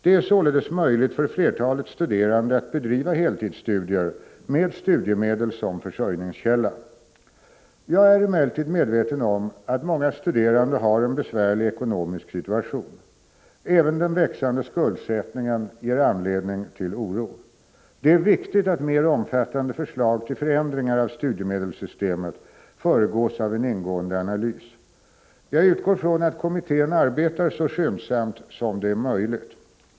Det är således möjligt för flertalet studerande att bedriva heltidsstudier med studiemedel som försörjningskälla. Jag är emellertid medveten om att många studerande har en besvärlig ekonomisk situation. Även den växande skuldsättningen ger anledning till oro. Det är viktigt att mer omfattande förslag till förändringar av studiemedelssystemet föregås av en ingående analys. Jag utgår från att kommittén arbetar så skyndsamt som det är möjligt.